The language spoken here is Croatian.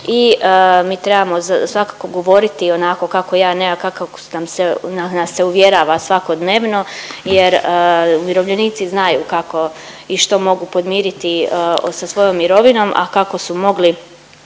i mi trebamo svakako govoriti onako kako je, a ne kako nas se uvjerava svakodnevno jer umirovljenici kako i što mogu podmiriti sa svojom mirovinom, a kako su mogli